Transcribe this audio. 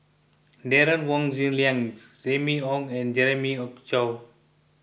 Derek Wong Zi Liang Remy Ong and Jeremiah Choy